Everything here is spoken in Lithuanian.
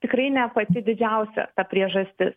tikrai ne pati didžiausia priežastis